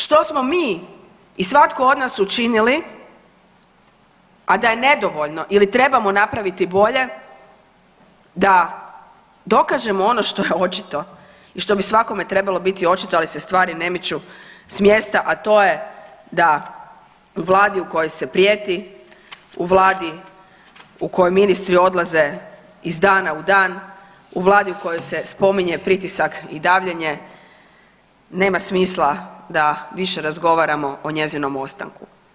Što smo mi i svatko od nas učinili, a da je nedovoljno ili trebamo napraviti bolje da dokažemo ono što je očito i što bi svakome trebalo biti očito, ali se stvari ne miču s mjesta, a to je da vladi u kojoj se prijeti u vladi u kojoj ministri odlaze iz dana u dan, u vladi u kojoj se spominje pritisak i davljenje nema smisla da više razgovaramo o njezinom ostanku.